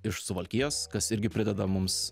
iš suvalkijos kas irgi prideda mums